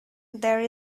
there